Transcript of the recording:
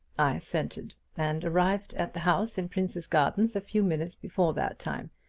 i assented, and arrived at the house in prince's gardens a few minutes before that time.